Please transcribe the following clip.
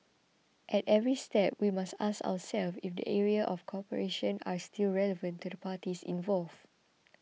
at every step we must ask ourselves if the areas of cooperation are still relevant to the parties involved